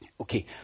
Okay